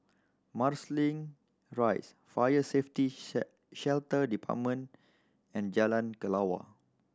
Marsiling Rise Fire Safety Shelter Department and Jalan Kelawar